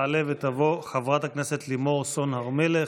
תעלה ותבוא חברת הכנסת לימור סון הר מלך.